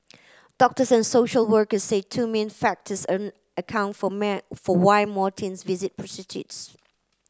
doctors and social workers say two main factors account for man for why more teens visit prostitutes